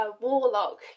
warlock